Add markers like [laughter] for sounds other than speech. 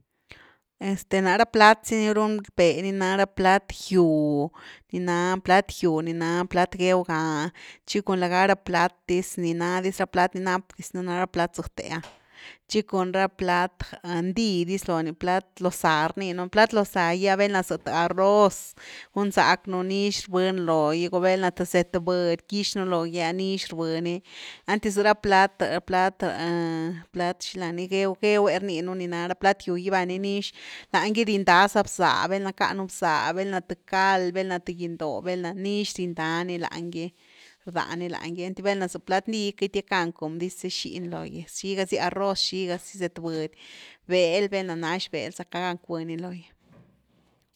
Este na ra plat zy ni runbe ni na ra plat gyw, ni na plat gyw ni na plat geu ga ah tchi cun la ga ra plat diz ni na diz ra p´lat ni nap diz nú ah ni na ra plat xëthe ah tchi cun ra plat ndi dis lo ni, plat lo záh rninu, plat lo záh gy ah velna za th arroz gunzacknu nix rbëni lo gy, velna th zëtbudy quixnu logy’a nix rbëni lo gy, einty za ra plat- plat [hesitation] plat xila ni gew- geew’we rninu ni ná ra plat gyw gy va ni nix, lany gy rindá za bzá val’na ckanu vzá, val’na th cal, val’na th giny-doh, val’na, nix rindani langy, rdani lanygy einty val’na za plat ndi queity gackan com dizy xini lo’gy xigazy arroz, xigazy zëtbudy, bel, val’na nax bel sacka gan cuëni logy.